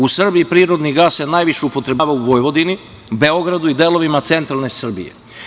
U Srbiji prirodni gas se najviše upotrebljava u Vojvodini, Beogradu i delovima centralne Srbije.